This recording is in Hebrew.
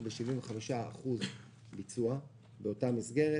כ-75% ביצוע באותה מסגרת.